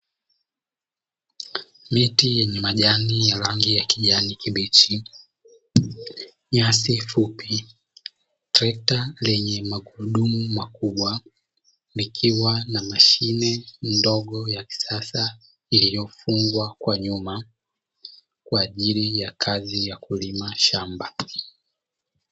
Miti yenye majani ya rangi ya kijani kibichi, nyasi fupi, trekta lenye magurudumu kubwa likiwa na mashine ndogo ya kisasa, iliyofungwa kwa nyuma kwa ajili ya kazi ya kulima kwenye shamba.